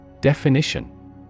Definition